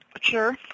sure